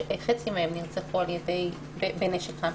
שחצי מהן נרצחו בנשק חם.